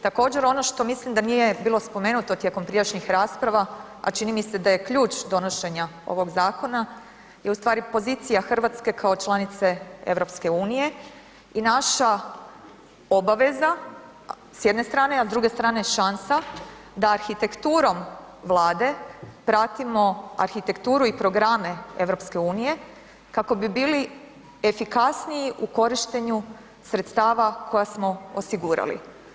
Također, ono što mislim da nije bilo spomenuto tijekom prijašnjih rasprava, a čini mi se da je ključ donošenja ovog zakona je ustvari pozicija Hrvatske kao članice EU-a i naša obaveza s jedne strane a s druge strane šansa da arhitekturom Vlade, pratimo arhitekturu i programe EU-a kako bi bili efikasniji u korištenju sredstava koja smo osigurali.